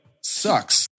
sucks